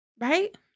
Right